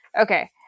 Okay